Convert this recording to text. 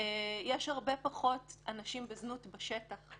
יש הרבה פחות אנשים בזנות בשטח,